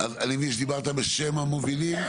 אני מבין שדיברת בשם המובילים?